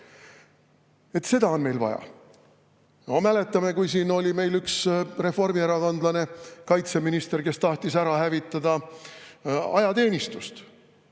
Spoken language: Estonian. Seda on meil vaja. Mäletame, kui siin oli üks reformierakondlane, kaitseminister, kes tahtis ära hävitada ajateenistust.